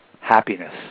happiness